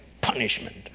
punishment